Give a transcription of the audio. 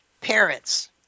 parents